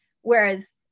Whereas